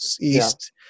east